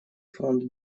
фронт